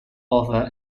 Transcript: offer